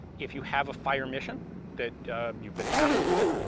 if you have a fire mission that you've been tasked with,